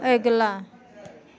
अगिला